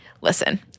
listen